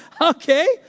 Okay